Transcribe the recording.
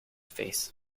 face